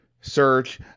search